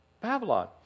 Babylon